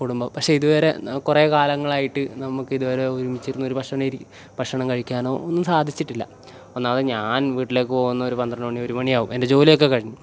കുടുംബം പക്ഷേ ഇതുവരെ കുറേ കാലങ്ങളായിട്ട് നമുക്കിതുവരെ ഒരുമിച്ചിരുന്ന് ഒരു ഭക്ഷണം ഇരി ഭക്ഷണം കഴിക്കാനോ ഒന്നും സാധിച്ചിട്ടില്ല ഒന്നാമത് ഞാൻ വീട്ടിലേക്ക് പോകുന്നത് ഒരു പന്ത്രണ്ട് മണി ഒരു മണിയാകും എൻ്റെ ജോലിയൊക്കെ കഴിഞ്ഞ്